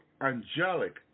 angelic